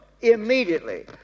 immediately